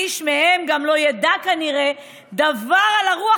איש מהם גם לא ידע כנראה דבר על הרוח